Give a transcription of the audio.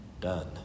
done